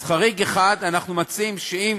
אז חריג אחד, אנחנו מציעים שאם